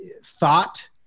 thought